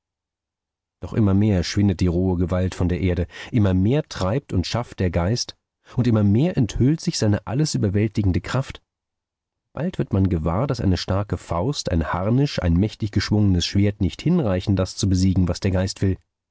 doch immer mehr schwindet die rohe gewalt von der erde immer mehr treibt und schafft der geist und immer mehr enthüllt sich seine alles überwältigende kraft bald wird man gewahr daß eine starke faust ein harnisch ein mächtig geschwungenes schwert nicht hinreichen das zu besiegen was der geist will